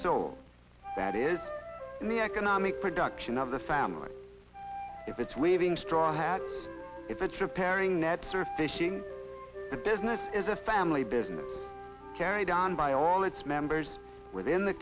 sold that is the economic production of the family if it's weaving straw hat if it's repairing nets or fishing the business is a family business carried on by all its members within the